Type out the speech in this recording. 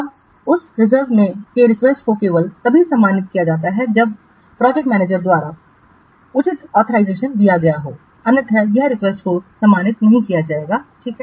तब उस रिजर्व के रिक्वेस्ट को केवल तभी सम्मानित किया जाता है जब प्रोजेक्ट मैनेजमेंट द्वारा उचित ऑथराइजेशन दिया गया हो अन्यथा इस रिक्वेस्ट को सम्मानित नहीं किया जाएगा ठीक है